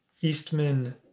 eastman